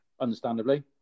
Understandably